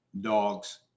dogs